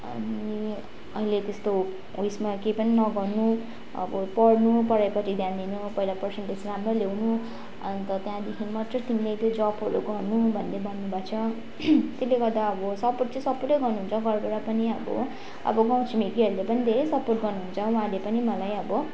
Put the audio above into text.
अनि अहिले त्यस्तो उयोसमा केही पनि नगर्नु अब पढ्नु पढाइपट्टि ध्यान दिनु पहिला पर्सन्टेज राम्रो ल्याउनु अन्त त्यहाँदेखि मात्र तिमीले त्यो जबहरू गर्नु भन्दै भन्नु भएकोछ त्यसले गर्दा अब सपोर्ट चाहिँ सपोर्ट नै गर्नुहुन्छ घरबाट पनि अब अब गाउँ छिमेकीहरूले पनि धेरै सपोर्ट गर्नुहुन्छ उहाँहरूले पनि मलाई अब